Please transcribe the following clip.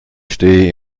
stehe